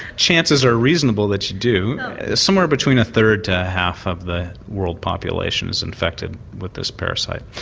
chances are reasonable that you do somewhere between a third to a half of the world population is infected with this parasite.